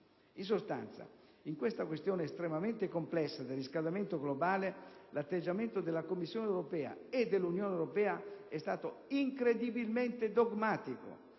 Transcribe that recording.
In sostanza, nella questione estremamente complessa del riscaldamento globale, l'atteggiamento della Commissione europea e dell'Unione europea è stato incredibilmente dogmatico.